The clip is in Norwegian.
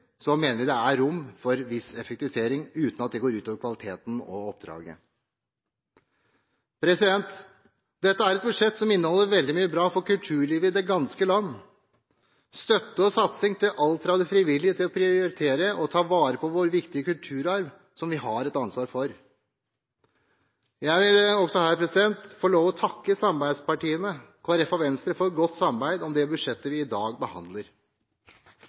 så mener vi det er rom for en viss effektivisering, uten at det går ut over kvaliteten og oppdraget. Dette er et budsjett som inneholder veldig mye bra for kulturlivet i det ganske land – støtte og satsing til alt fra det frivillige til det å prioritere og ta vare på vår viktige kulturarv, som vi har et ansvar for. Jeg vil også her få lov til å takke samarbeidspartiene Kristelig Folkeparti og Venstre for godt samarbeid om det budsjettet vi i dag behandler.